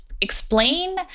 explain